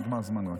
כי נגמר הזמן רק.